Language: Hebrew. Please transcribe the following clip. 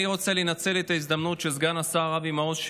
אני רוצה לנצל את ההזדמנות שסגן השר אבי מעוז,